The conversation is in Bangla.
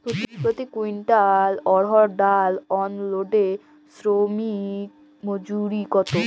প্রতি কুইন্টল অড়হর ডাল আনলোডে শ্রমিক মজুরি কত?